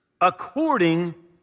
according